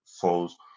falls